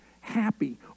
happy